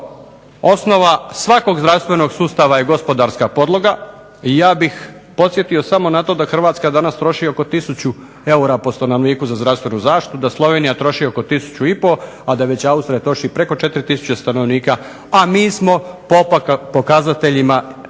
što osnova svakog zdravstvenog sustava je gospodarska podloga. I ja bih podsjetio samo na to da Hrvatska danas troši oko 1000 eura po stanovniku za zdravstvenu zaštitu, da Slovenija troši oko 1500, a da već Austrija troši preko 4000 stanovnika, a mi smo po pokazateljima zdravstvenih